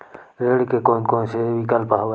ऋण के कोन कोन से विकल्प हवय?